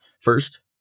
first